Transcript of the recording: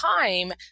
time